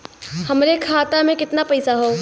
हमरे खाता में कितना पईसा हौ?